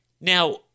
Now